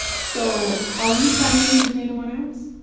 so, are we planning to bring anyone else?